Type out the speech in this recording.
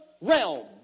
realm